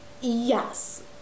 Yes